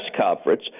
conference